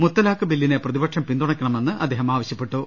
മുത്തലാഖ് ബില്ലിനെ പ്രതിപക്ഷം പിന്തുണക്ക ണമെന്നും അദ്ദേഹം ആവശ്യപ്പെട്ടു